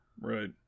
Right